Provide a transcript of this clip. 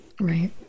right